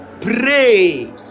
pray